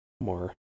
more